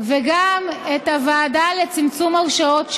וגם את הוועדה לצמצום הרשעות שווא.